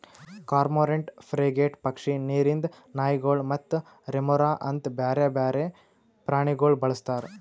cormorant, frigate ಪಕ್ಷಿ, ನೀರಿಂದ್ ನಾಯಿಗೊಳ್ ಮತ್ತ ರೆಮೊರಾ ಅಂತ್ ಬ್ಯಾರೆ ಬೇರೆ ಪ್ರಾಣಿಗೊಳ್ ಬಳಸ್ತಾರ್